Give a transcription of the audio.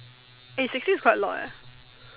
eh sixty is quite a lot eh